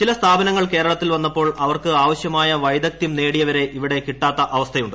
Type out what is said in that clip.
ചില സ്ഥാപനങ്ങൾ കേരളത്തിൽ വന്നപ്പോൾ അവർക്ക് ആവശ്യമായ വൈദഗ്ദ്ധ്യം ർ ന്റെടിയവരെ ഇവിടെ കിട്ടാത്ത അവസ്ഥയുണ്ട്